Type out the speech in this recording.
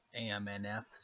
AMNF